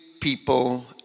people